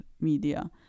media